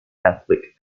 catholic